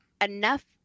enough